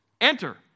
enter